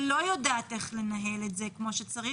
שלא יודעת לנהל את זה כמו שצריך?